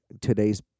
today's